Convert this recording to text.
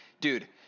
Dude